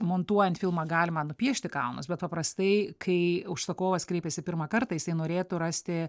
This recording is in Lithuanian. montuojant filmą galima nupiešti kalnus bet paprastai kai užsakovas kreipiasi pirmą kartą jisai norėtų rasti